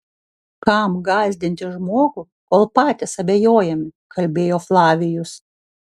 kam gąsdinti žmogų kol patys abejojame kalbėjo flavijus